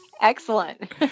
Excellent